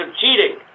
cheating